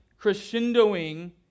crescendoing